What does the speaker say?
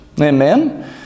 Amen